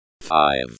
five